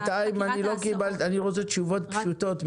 אבל בינתיים אני רוצה תשובות פשוטות,